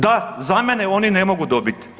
Da, za mene oni ne mogu dobiti.